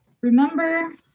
remember